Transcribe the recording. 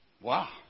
Wow